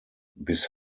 bis